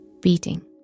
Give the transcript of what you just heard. beating